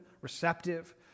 receptive